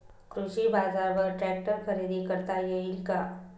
कृषी बाजारवर ट्रॅक्टर खरेदी करता येईल का?